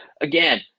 again